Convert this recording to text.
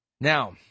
Now